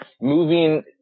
moving